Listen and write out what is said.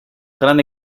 grande